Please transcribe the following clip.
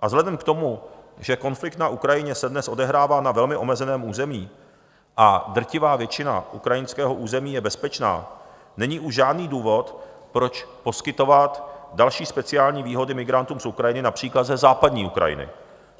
A vzhledem k tomu, že konflikt na Ukrajině se dnes odehrává na velmi omezeném území a drtivá většina ukrajinského území je bezpečná, není už žádný důvod, proč poskytovat další speciální výhody migrantům z Ukrajiny, např. ze Západní Ukrajiny,